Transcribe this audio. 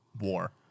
war